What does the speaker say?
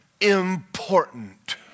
important